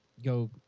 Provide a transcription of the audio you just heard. go